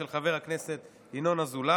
של חבר הכנסת ינון אזולאי,